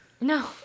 No